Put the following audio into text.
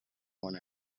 one